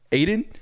aiden